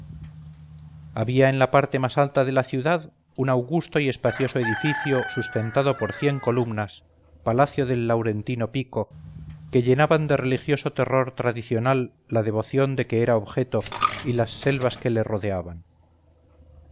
había en la parte más alta de la ciudad un augusto y espacioso edificio sustentado por cien columnas palacio del laurentino pico que llenaban de religioso terror tradicional la devoción de que era objeto y las selvas que le rodeaban